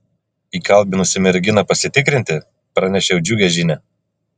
įkalbinusi merginą pasitikrinti pranešiau džiugią žinią